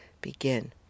begin